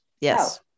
Yes